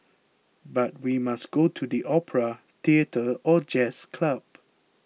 but we must go to the opera theatre or jazz club